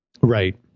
Right